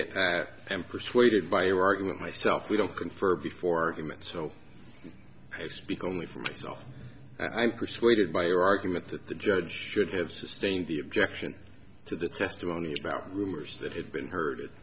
am persuaded by your argument myself we don't confer before him and so i speak only for myself i'm persuaded by your argument that the judge should have sustain the objection to the testimony about rumors that had been heard